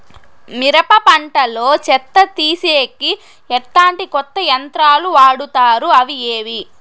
మిరప పంట లో చెత్త తీసేకి ఎట్లాంటి కొత్త యంత్రాలు వాడుతారు అవి ఏవి?